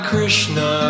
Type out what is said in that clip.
Krishna